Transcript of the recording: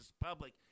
public